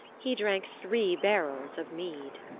he drank three barrels of mead.